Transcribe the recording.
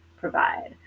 provide